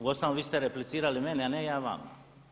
Uostalom vi ste replicirali mene a ne ja vama.